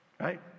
right